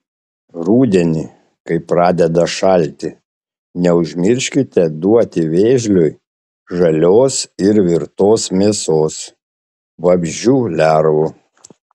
rudenį kai pradeda šalti neužmirškite duoti vėžliui žalios ir virtos mėsos vabzdžių lervų